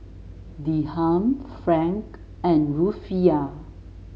Dirham franc and Rufiyaa